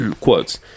Quotes